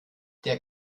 der